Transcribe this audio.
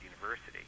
University